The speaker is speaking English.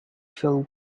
feel